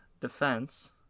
defense